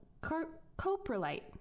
coprolite